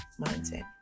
mindset